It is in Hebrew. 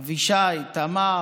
אבישי, תמר,